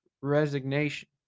resignation